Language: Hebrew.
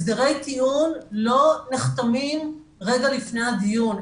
הסדרי טיעון לא נחתמים רגע לפני הדיון.